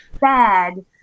bad